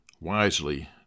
wisely